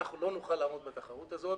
אנחנו לא נוכל לעמוד בתחרות הזאת.